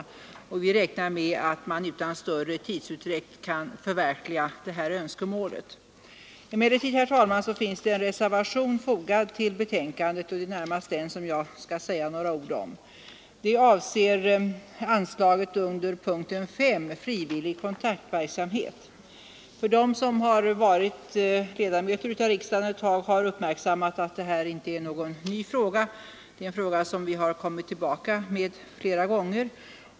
Vi räknar med att man utan större tidsutdräkt kan förverkliga det önskemålet. Emellertid finns det, herr talman, en reservation fogad till betänkandet, och det är närmast den jag skall säga några ord om. Den avser anslaget under punkten 5, frivillig kontaktverksamhet m.m. De som varit ledamöter av riksdagen ett tag har uppmärksammat att det här inte är någon ny fråga — det är en fråga som vi moderater har kommit tillbaka med flera gånger.